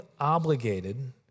obligated